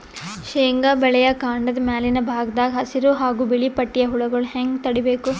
ಶೇಂಗಾ ಬೆಳೆಯ ಕಾಂಡದ ಮ್ಯಾಲಿನ ಭಾಗದಾಗ ಹಸಿರು ಹಾಗೂ ಬಿಳಿಪಟ್ಟಿಯ ಹುಳುಗಳು ಹ್ಯಾಂಗ್ ತಡೀಬೇಕು?